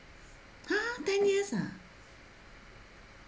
!huh! ten years ah